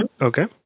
Okay